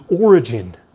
origin